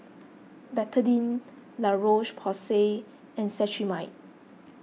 Betadine La Roche Porsay and Cetrimide